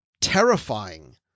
terrifying